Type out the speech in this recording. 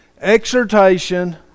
exhortation